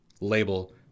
label